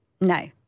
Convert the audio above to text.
No